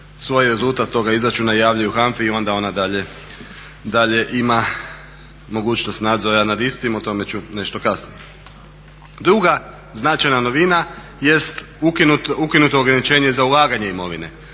svoj rezultat toga izračuna javljaju HANFA-i i onda ona dalje ima mogućnost nadzora nad istim. O tome ću nešto kasnije. Druga značajna novina jest ukinuto ograničenje za ulaganje imovine.